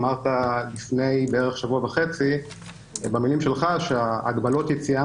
אמרת לפני בערך שבוע וחצי במילים שלך שההגבלות יציאה